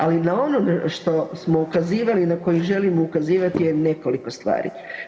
Ali na ono na što smo ukazivali, na koji želimo ukazivati je nekoliko stvari.